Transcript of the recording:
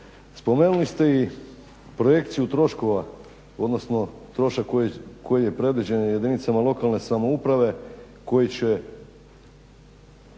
Spomenuli smo i projekciju troškova, odnosno trošak koji je predviđen jedinicama lokalne samouprave koji će